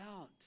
out